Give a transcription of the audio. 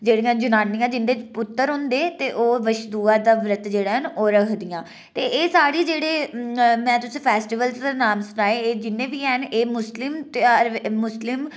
जेह्ड़िया जनानियां जिं'दे पुत्तर होंदे ते ओह् बच्छ दुआ दा व्रत जेह्ड़ा न ओह् रखदियां ते एह् साढ़े जेह्ड़े में तुसें गी फेस्टिवल दे नाम सुनाये एह् जि'न्ने बी हैन एह् मुस्लिम मुस्लिम